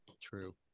True